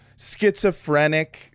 schizophrenic